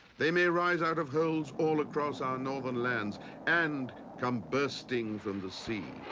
they may rise out of holes all across our northern lands and come bursting from the sea.